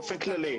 באופן כללי.